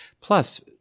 Plus